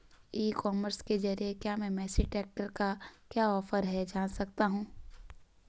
ई commerce के ज़रिए क्या मैं मेसी ट्रैक्टर का क्या ऑफर है जान सकता हूँ?